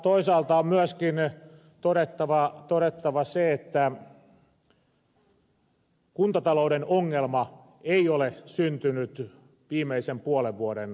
toisaalta on myöskin todettava se että kuntatalouden ongelma ei ole syntynyt viimeisen puolen vuoden aikana